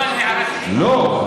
לא.